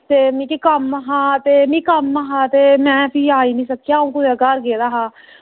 ते मिगी कम्म हा ते मिगी कम्म हा ते में फ्ही आई निं सकेआ ते अं'ऊ कुसै घर गेदा हा